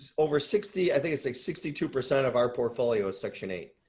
over sixty, i think it's like sixty two percent of our portfolio is section eight.